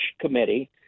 committee